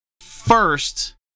first